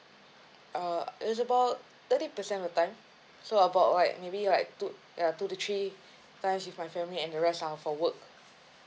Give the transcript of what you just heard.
uh it's about thirty percent of the time so about like maybe like two ya two to three times with my family and the rest are for work